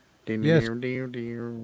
Yes